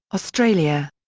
australia.